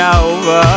over